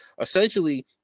essentially